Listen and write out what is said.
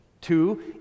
two